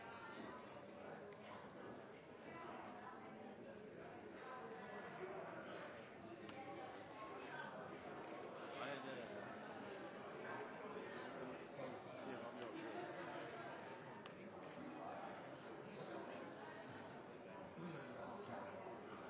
målene. Da er det